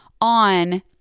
on